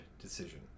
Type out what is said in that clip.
decision